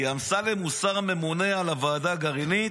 כי אמסלם הוא השר הממונה על הוועדה הגרעינית?